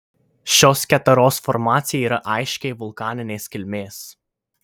šios keteros formacija yra aiškiai vulkaninės kilmės